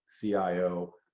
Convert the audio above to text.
CIO